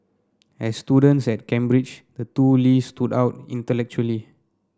as students at Cambridge the two Lees stood out intellectually